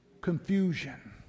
Confusion